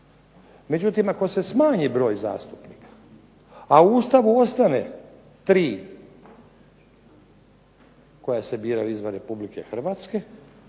Međutim, ako se smanji broj zastupnika, a u Ustavu ostane 3 koja se biraju izvan Republike Hrvatske,